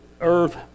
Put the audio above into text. earth